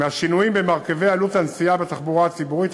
מהשינויים במרכיבי עלות הנסיעה בתחבורה הציבורית,